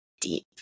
deep